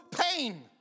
pain